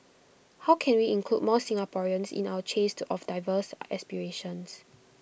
how can we include more Singaporeans in our chase of diverse aspirations